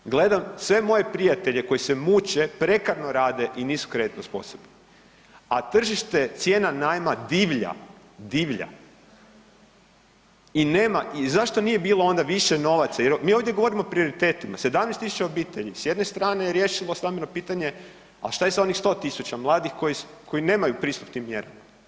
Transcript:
Gledam sve moje prijatelje koji se muče, prekarno rade i nisu kreditno sposobni, a tržište, cijena najma divlja, divlja i nema i zašto nije bilo onda više novaca jer mi ovdje govorimo o prioritetima, 17.000 obitelji s jedne strane je riješilo stambeno pitanje, a šta je s onih 100.000 mladih koji nemaju pristup tim mjerama?